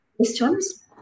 questions